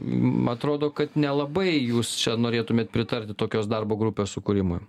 atrodo kad nelabai jūs čia norėtumėt pritarti tokios darbo grupės sukūrimui